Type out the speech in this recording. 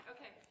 Okay